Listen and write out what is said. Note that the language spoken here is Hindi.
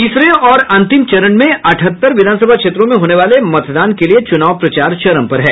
तीसरे और अंतिम चरण में अठहत्तर विधानसभा क्षेत्रों में होने वाले मतदान के लिये चुनाव प्रचार चरम पर है